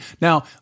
Now